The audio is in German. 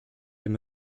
dem